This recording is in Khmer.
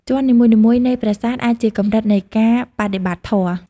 ជាន់នីមួយៗនៃប្រាសាទអាចជាកម្រិតនៃការបដិបត្តិធម៌។